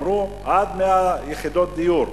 ואמרו: עד 100 יחידות דיור.